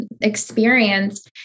experience